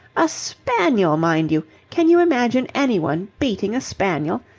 a spaniel, mind you! can you imagine anyone beating a spaniel?